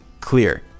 clear